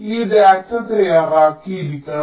ഈ ഡാറ്റ തയ്യാറായിരിക്കണം